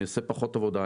אני עושה פחות עבודה,